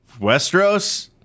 Westeros